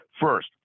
First